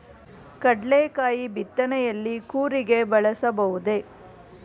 ಕಡ್ಲೆಕಾಯಿ ಬಿತ್ತನೆಯಲ್ಲಿ ಕೂರಿಗೆ ಬಳಸಬಹುದೇ?